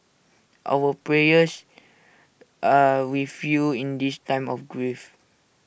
our prayers are with you in this time of grief